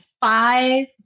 five